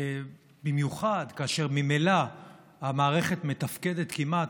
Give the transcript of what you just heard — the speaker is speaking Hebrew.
במיוחד כאשר ממילא המערכת מתפקדת כמעט